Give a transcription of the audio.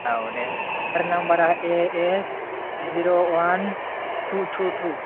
औ दे सार नाम्बारा ए एस जिर' वान टु टु टु